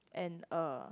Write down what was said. and uh